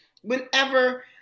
Whenever